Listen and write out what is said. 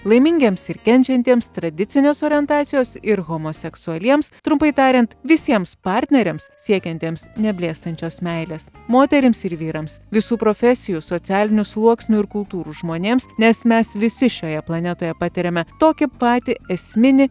laimingiems ir kenčiantiems tradicinės orientacijos ir homoseksualiems trumpai tariant visiems partneriams siekiantiems neblėstančios meilės moterims ir vyrams visų profesijų socialinių sluoksnių ir kultūrų žmonėms nes mes visi šioje planetoje patiriame tokį patį esminį